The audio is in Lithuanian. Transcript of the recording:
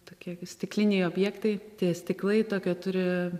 tokie stikliniai objektai tie stiklai tokio turi